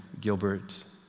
Gilbert